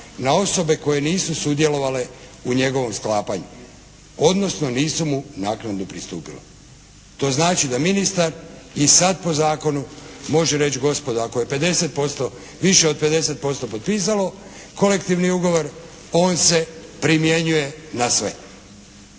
na osobe koje nisu sudjelovale u njegovom sklapanju, odnosno nisu mu naknadno pristupila. To znači da ministar i sad po zakonu može reći gospodo ako je 50% više od 50% potpisalo kolektivni ugovor on se primjenjuje na sve,